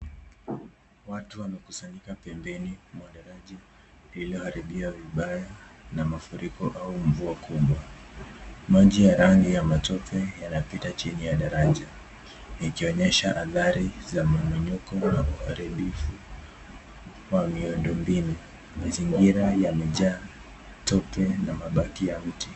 Watu wamekusanyika pembeni mwa daraja lililo haribiwa vibaya na mafuriko au mvua kubwa. Maji ya rangi ya matope yanapita chini ya daraja yakionyesha hatari za mmonyoko na uharibifu wa miundo mbinu. Mazingira yamejaa tope na mabaki ya mti.